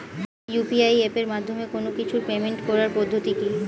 UPI এপের মাধ্যমে কোন কিছুর পেমেন্ট করার পদ্ধতি কি?